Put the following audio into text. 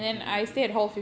okay okay